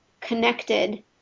connected